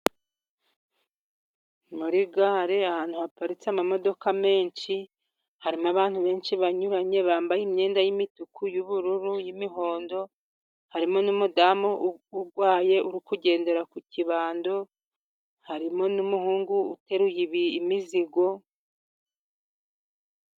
Muri gare ahantu haparitse amamodoka menshi, harimo abantu benshi banyuranye bambaye imyenda y'imituku, y'ubururu, y'imihondo harimo n'umudamu urwaye uri kugendera ku kibando, harimo n'umuhungu uteruye imizigo.